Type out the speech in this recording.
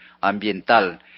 ambiental